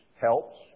Helps